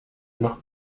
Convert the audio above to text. noch